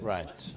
Right